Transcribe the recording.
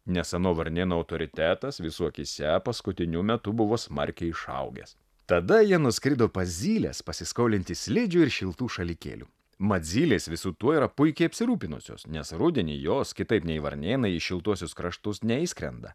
nes ano varnėno autoritetas visų akyse paskutiniu metu buvo smarkiai išaugęs tada jie nuskrido pas zyles pasiskolinti slidžių ir šiltų šalikėlių mat zylės visu tuo yra puikiai apsirūpinusios nes rudenį jos kitaip nei varnėnai į šiltuosius kraštus neišskrenda